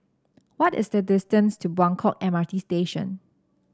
what is the distance to Buangkok M R T Station